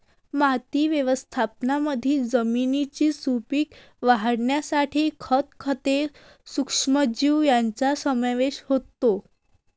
माती व्यवस्थापनामध्ये जमिनीची सुपीकता वाढवण्यासाठी खत, खते, सूक्ष्मजीव यांचा समावेश होतो